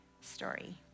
story